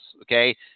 okay